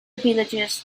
villagers